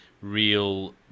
real